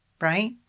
Right